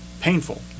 painful